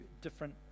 different